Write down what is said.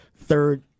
third